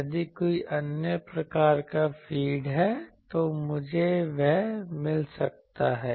यदि कोई अन्य प्रकार का फीड है तो मुझे वह मिल सकता है